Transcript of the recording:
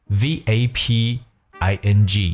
vaping